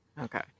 okay